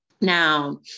Now